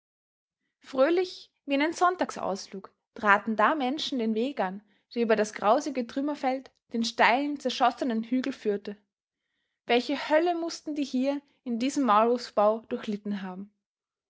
fröhlich wie einen sonntagsausflug traten da menschen den weg an der über das grausige trümmerfeld den steilen zerschossenen hügel führte welche hölle mußten die hier in diesem maulwurfsbau durchlitten haben